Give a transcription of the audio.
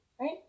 Right